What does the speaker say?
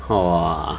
!wah! ah